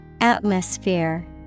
Atmosphere